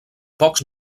pocs